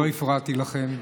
לא הפרעתי לכם.